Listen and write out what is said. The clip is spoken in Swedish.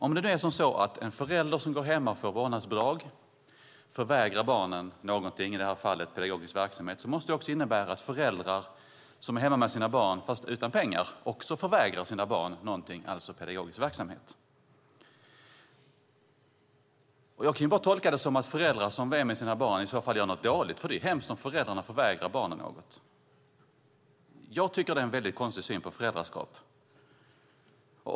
Om det nu är så att en förälder som går hemma och får vårdnadsbidrag förvägrar barnen någonting, i det här fallet pedagogisk verksamhet, måste det innebära att föräldrar som är hemma med sina barn utan pengar också förvägrar sina barn någonting, alltså pedagogisk verksamhet. Jag kan bara tolka det som att föräldrar som är med sina barn i så fall gör något dåligt, för det är ju hemskt om föräldrarna förvägrar barnen något. Jag tycker att det är en väldigt konstig syn på föräldraskap.